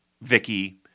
Vicky